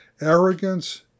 Arrogance